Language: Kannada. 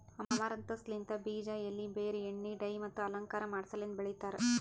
ಅಮರಂಥಸ್ ಲಿಂತ್ ಬೀಜ, ಎಲಿ, ಬೇರ್, ಎಣ್ಣಿ, ಡೈ ಮತ್ತ ಅಲಂಕಾರ ಮಾಡಸಲೆಂದ್ ಬೆಳಿತಾರ್